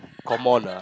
come on ah